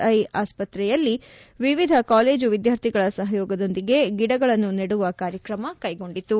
I ಆಸ್ಪತ್ರೆ ರಸ್ತೆಯಲ್ಲಿ ವಿವಿಧ ಕಾಲೇಜು ವಿದ್ಯಾರ್ಥಿಗಳ ಸಹಯೋಗದೊಂದಿಗೆ ಗಿಡಗಳನ್ನು ನೆಡುವ ಕಾರ್ಯಕೈಗೊಂಡಿತು